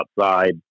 outside